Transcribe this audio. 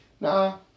Nah